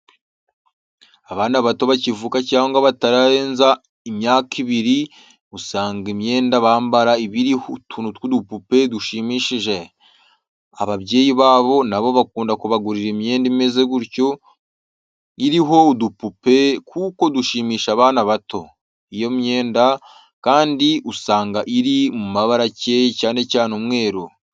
Abana bato bakivuka cyangwa batararenza imyaka ibiri usanga imyenda bambara iba iriho utuntu tw'udupupe dushimishije, ababyeyi babo nabo bakunda kubagurira imyenda imeze gutyo iriho udupupe kuko dushimisha abana babo. Iyo myenda kandi usanga iri mu mabara acyeye cyane cyane umweru.